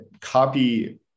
copy